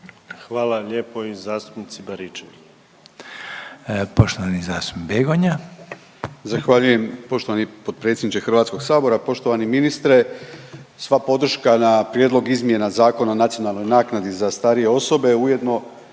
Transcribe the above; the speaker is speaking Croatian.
Poštovani zastupnik Begonja. **Begonja, Josip (HDZ)** Zahvaljujem poštovani potpredsjedniče Hrvatskog sabora. Poštovani ministre sva podrška na Prijedlog izmjena Zakona o nacionalnoj naknadi za starije osobe, a ujedno